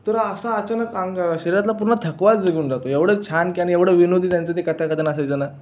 तर असं अचानक अंगा शरीरातला पूर्ण थकवाच निघून जातो एवढं छान की आणि एवढं विनोदी त्याचं ते कथाकथन असायचं ना